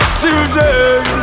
children